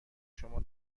شما